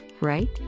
right